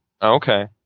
Okay